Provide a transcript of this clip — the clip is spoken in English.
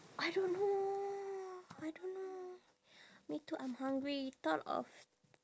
I don't know I don't know me too I'm hungry thought of